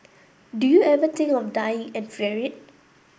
do you ever think of dying and fear it